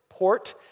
port